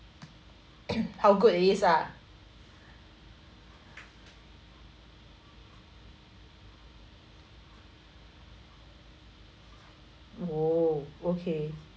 how good it is ah oh okay